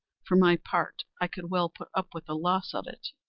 for my part i could well put up with the loss of it.